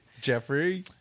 Jeffrey